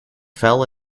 fell